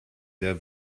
sehr